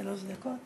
שלוש דקות